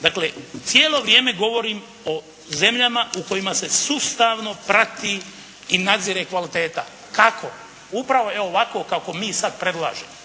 Dakle cijelo vrijeme govorim o zemljama u kojima se sustavno prati i nadzire kvaliteta. Kako? Upravo evo ovako kako mi sad predlažemo.